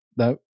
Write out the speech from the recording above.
No